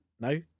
No